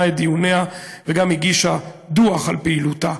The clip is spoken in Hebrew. את דיוניה וגם הגישה דוח על פעילותה.